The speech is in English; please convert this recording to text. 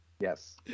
yes